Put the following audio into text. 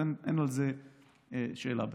אין שאלה בכלל.